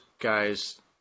guys